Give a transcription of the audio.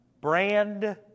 brand